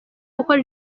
uko